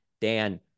Dan